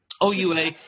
oua